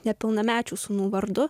nepilnamečių sūnų vardu